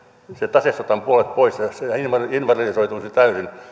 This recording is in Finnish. taseesta otetaan puolet pois ja se invalidisoituisi täysin